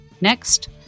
Next